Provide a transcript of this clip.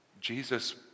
Jesus